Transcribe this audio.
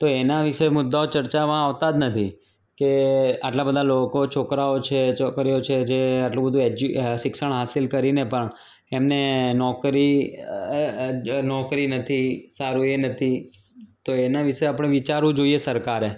તો એના વિશે મુદ્દાઓ ચર્ચામાં આવતા જ નથી કે આટલા બધા લોકો છોકરાઓ છે છોકરીઓ છે જે એટલું બધું એજ્યુ આટલું બધું શિક્ષણ હાસિલ કરીને પણ એમણે નોકરી નોકરી નથી સારું એ નથી તો એના વિશે આપણે વિચારવું જોઈએ સરકારે